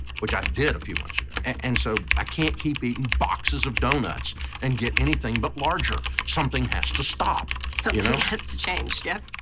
which i did a few months ago. and so i can't keep eating boxes of donuts and get anything but larger, something has to stop. something so you know has to change, yeah.